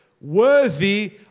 worthy